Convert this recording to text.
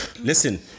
listen